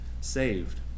saved